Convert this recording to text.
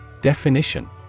Definition